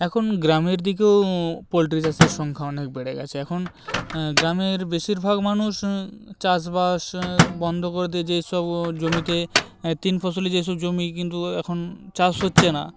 এখন গ্রামের দিকেও পোলট্রি চাষের সংখ্যা অনেক বেড়ে গেছে এখন গ্রামের বেশিরভাগ মানুষ চাষবাস বন্ধ করে দিয়ে যেসব জমিতে হ্যাঁ তিন ফসলি যেসব জমি কিন্তু এখন চাষ হচ্ছে না